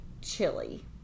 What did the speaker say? chili